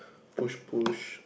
push push